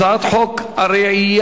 הצעת חוק הרעייה,